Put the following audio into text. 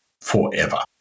forever